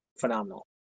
phenomenal